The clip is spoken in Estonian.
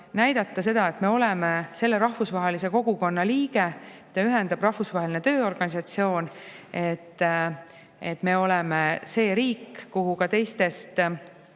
näidata seda, et me oleme selle rahvusvahelise kogukonna liige, mida ühendab Rahvusvaheline Tööorganisatsioon, ja et me oleme see riik, kus ka teistest